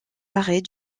arrêt